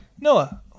Noah